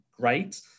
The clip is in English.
great